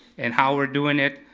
and how we're doing it.